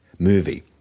movie